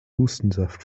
hustensaft